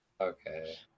Okay